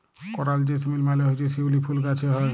করাল জেসমিল মালে হছে শিউলি ফুল গাহাছে হ্যয়